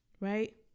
Right